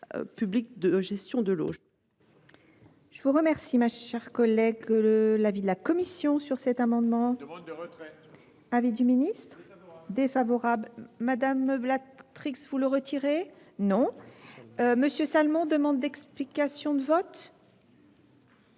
public de gestion de l’eau.